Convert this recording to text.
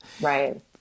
Right